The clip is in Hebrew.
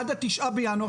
עד ה-9 בינואר,